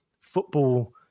football